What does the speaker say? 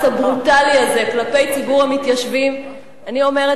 הברוטלי הזה כלפי ציבור המתיישבים אני אומרת,